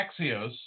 Axios